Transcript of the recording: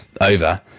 over